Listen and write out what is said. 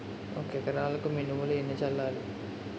ఒక ఎకరాలకు మినువులు ఎన్ని చల్లాలి?